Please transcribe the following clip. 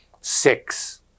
six